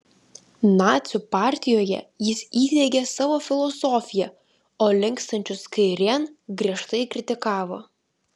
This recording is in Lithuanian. nacių partijoje jis įdiegė savo filosofiją o linkstančius kairėn griežtai kritikavo